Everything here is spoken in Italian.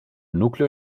nucleo